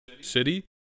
City